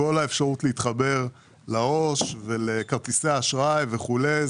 כל האפשרות להתחבר לעו"ש, לכרטיסי אשראי וכולי.